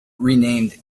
renamed